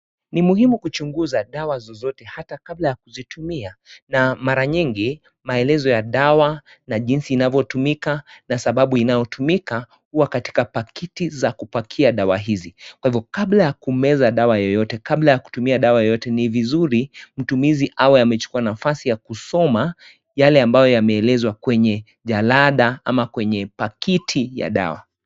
Ni muhimu kuchunguza dawa zozote hata kabla ya kuzitumia na mara nyingi maelezo ya dawa na jinsi inavyotumika na sababu inayotumika huwa katika pakiti za kupakia dawa hizi, kwa hivyo kabla ya kumeza dawa yeyote, kabla ya kutumia dawa yeyote ni vizuri mtumizi awe amechukua nafasi ya kusoma yale ambayo yame elezwa kwenye jalada ama kwenye pakiti ya dawa.